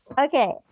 Okay